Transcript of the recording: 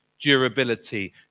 durability